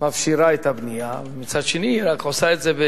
מפשירה את הבנייה, מצד שני, היא רק עושה את זה,